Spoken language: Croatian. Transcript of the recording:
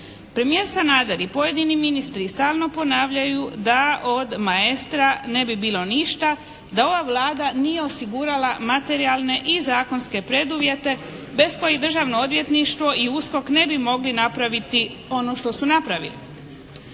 Premijer Sanader i pojedini ministri stalno ponavljaju da od “Maestra“ ne bi bilo ništa da ova Vlada nije osigurala materijalne i zakonske preduvjete bez kojih Državno odvjetništvo i USKOK ne bi mogli napraviti ono što su napravili.